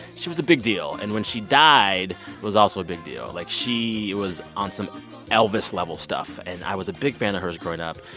she was a big deal. and when she died, it was also a big deal. like, she was on some elvis-level stuff, and i was a big fan of hers growing up.